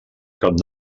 camp